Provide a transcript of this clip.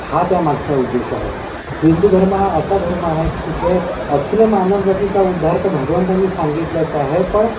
हा त्या मागचा उद्देश आहे हिंदू धर्म हा असा धर्म आहे जिथे अखिल मानव जातीचा उद्धार तर भगवंतांनी सांगितलाच आहे पण